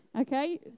Okay